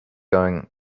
going